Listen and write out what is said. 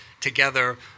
together